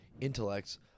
intellects